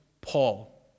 Paul